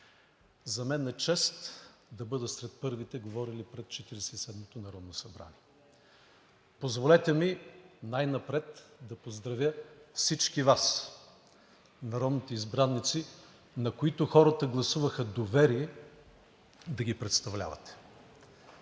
За мен е чест да бъда сред първите говорили пред Четиридесет и седмото народно събрание. Позволете ми най-напред да поздравя всички Вас – народните избраници, на които хората гласуваха доверие да ги представлявате!